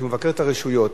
שהוא מבקר את הרשויות.